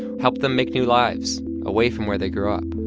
help them make new lives away from where they grew up.